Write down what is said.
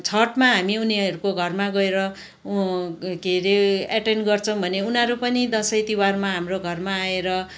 छठमा हामी उनीहरूको घरमा गएर उ के अरे एटेन गर्छौँ भने उनाहरू पनि दसैँ तिहारमा हाम्रो घरमा आएर